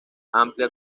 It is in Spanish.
amplia